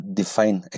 define